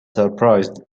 surprised